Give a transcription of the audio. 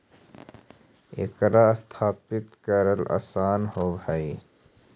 एकरा स्थापित करल आसान होब हई